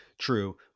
True